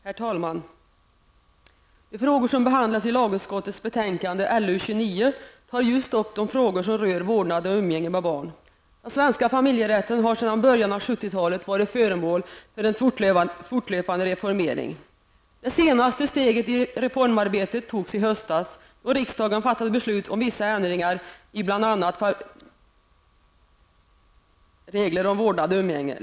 Herr talman! De frågor som behandlas i lagutskottets betänkande LU29 rör vårdnad och umgänge med barn. Den svenska familjerätten har sedan början av 70-talet varit föremål för en fortlöpande reformering. Det senaste steget i reformarbetet togs i höstas, då riksdagen fattade beslut om vissa ändringar i bl.a. föräldrabalkens regler om vårdnad och umgänge.